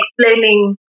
explaining